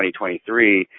2023